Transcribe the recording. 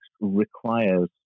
requires